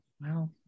Wow